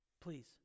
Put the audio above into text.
Please